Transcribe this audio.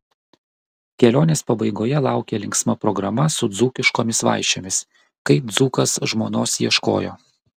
kelionės pabaigoje laukė linksma programa su dzūkiškomis vaišėmis kaip dzūkas žmonos ieškojo